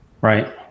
right